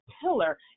pillar